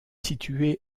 située